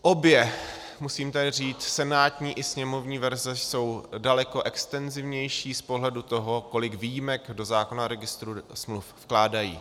Obě, musím tady říct, senátní i sněmovní verze jsou daleko extenzivnější z pohledu toho, kolik výjimek do zákona o registru smluv vkládají.